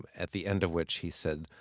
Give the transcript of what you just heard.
at the end of which, he said,